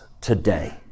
today